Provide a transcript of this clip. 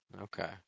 Okay